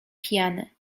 pijany